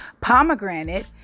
pomegranate